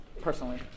personally